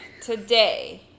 Today